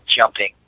jumping